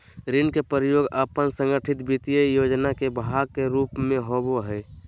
ऋण के प्रयोग अपन संगठित वित्तीय योजना के भाग के रूप में होबो हइ